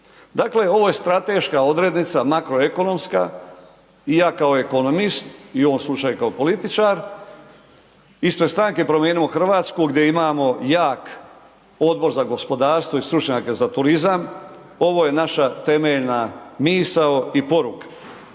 Dakle, ovo je strateška odrednica makroekonomska i ja kao ekonomist i u ovom slučaju kao političar ispred Stranke Promijenimo Hrvatsku gdje imamo jak Odbor za gospodarstvo i stručnjake za turizam ovo je naša temeljna misao i poruka.